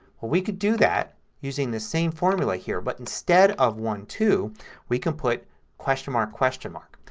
ah we can do that using the same formula here but instead of one, two we can put question mark, question mark?